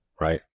right